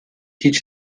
hiç